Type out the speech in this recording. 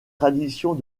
traditions